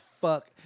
fuck